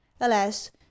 alas